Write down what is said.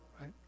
right